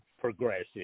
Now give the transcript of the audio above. progressive